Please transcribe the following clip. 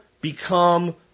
become